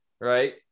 Right